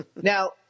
now